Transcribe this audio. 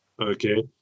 Okay